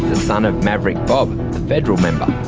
son of maverick bob, the federal member.